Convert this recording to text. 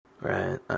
Right